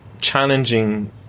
challenging